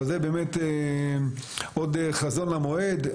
אבל באמת עוד חזון למועד.